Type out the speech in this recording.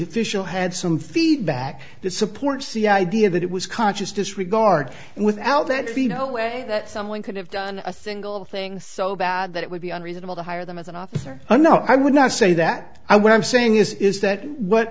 official had some feedback that supports the idea that it was conscious disregard and without that pheno that someone could have done a single thing so bad that it would be unreasonable to hire them as an author i know i would not say that i what i'm saying is is that what